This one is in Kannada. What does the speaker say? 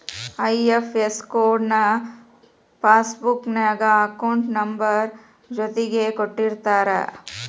ಐ.ಎಫ್.ಎಸ್ ಕೊಡ್ ನ ಪಾಸ್ಬುಕ್ ನ್ಯಾಗ ಅಕೌಂಟ್ ನಂಬರ್ ಜೊತಿಗೆ ಕೊಟ್ಟಿರ್ತಾರ